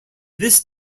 this